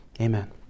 Amen